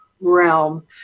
realm